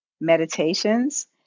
meditations